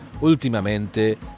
últimamente